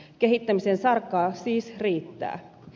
kehittämisen sarkaa siis riittää